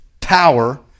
power